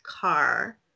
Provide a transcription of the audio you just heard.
car